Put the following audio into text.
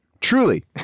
truly